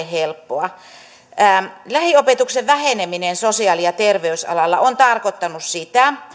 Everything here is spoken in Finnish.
helppoa lähiopetuksen väheneminen sosiaali ja terveysalalla on tarkoittanut sitä